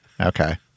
Okay